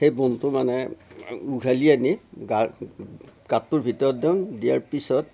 সেই বনটো মানে উভালি আনি গাতটোৰ ভিতৰত দিওঁ দিয়াৰ পিছত